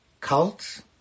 Cults